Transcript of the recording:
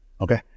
Okay